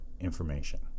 information